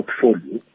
portfolio